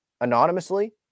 anonymously